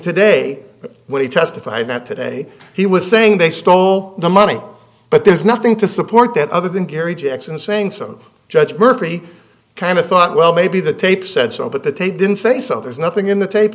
today when he testified that today he was saying they stole the money but there's nothing to support that other than gary jackson saying some judge berkeley kind of thought well maybe the tape said so but that they didn't say so there's nothing in the tape